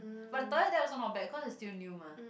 but the toilet there also not bad cause it's still new mah